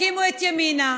הקימו את ימינה,